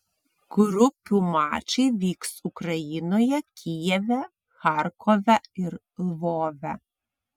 grupių mačai vyks ukrainoje kijeve charkove ir lvove